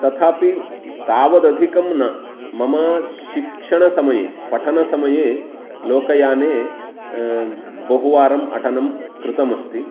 तथापि तावदधिकं न मम शिक्षणसमये पठनसमये लोकयाने बहुवारम् अटनं कृतमस्ति